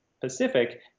Pacific